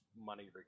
money